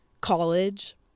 college